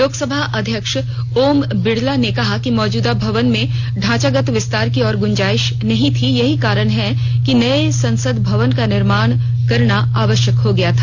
लोकसभा अध्यक्ष ओम बिड़ला ने कहा कि मौजूदा भवन में ढांचागत विस्तार की और गुंजाइश नहीं थी यही कारण है कि नए संसद भवन का निर्माण करना आवश्यक हो गया था